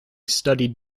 studied